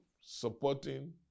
supporting